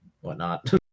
whatnot